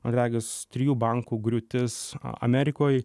man regis trijų bankų griūtis amerikoj